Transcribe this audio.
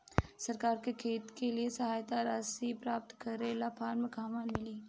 सरकार से खेत के लिए सहायता राशि प्राप्त करे ला फार्म कहवा मिली?